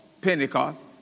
Pentecost